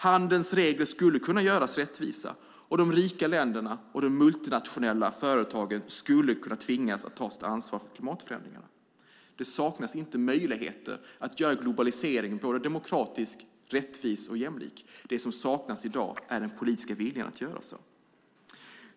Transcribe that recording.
Handelns regler skulle kunna göras rättvisa, och de rika länderna och de multinationella företagen skulle kunna tvingas ta sitt ansvar för klimatförändringarna. Det saknas inte möjligheter att göra globaliseringen både demokratisk, rättvis och jämlik. Det som saknas i dag är den politiska viljan att göra det.